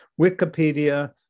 Wikipedia